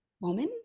woman